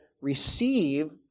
receive